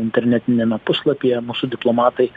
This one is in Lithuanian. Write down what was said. internetiniame puslapyje mūsų diplomatai